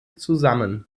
zusammen